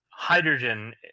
Hydrogen